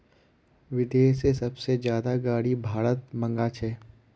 विदेश से सबसे ज्यादा गाडी भारत मंगा छे